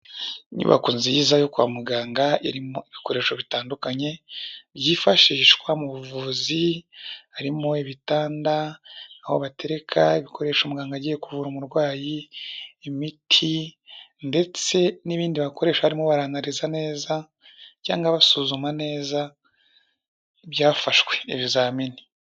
Inyubako nziza yo kwa muganga irimo ibikoresho bitandukanye byifashishwa mu buvuzi harimo ibitanda, aho batereka ibikoresho umuganga agiye kuvura umurwayi, imiti ndetse n'ibindi bakoresha barimo baranariza neza cyangwa basuzuma neza ibyafashwe ibizamini.